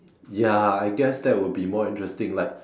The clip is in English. ya I guess that will be more interesting like